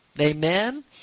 Amen